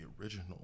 original